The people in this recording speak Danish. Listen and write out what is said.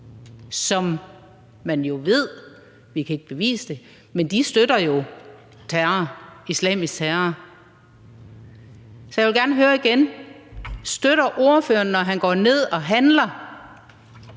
som man jo ved – vi kan ikke bevise det – støtter terror, islamisk terror. Så jeg vil gerne høre igen: Støtter ordføreren, når han går ned og handler,